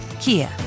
Kia